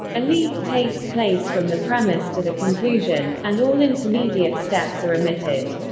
a leap takes place from the premise to the conclusion, and all intermediate steps are omitted.